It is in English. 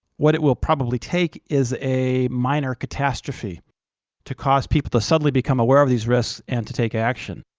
what it will probably take is a minor catastrophe to cause people to suddenly become aware of these risks and to take action.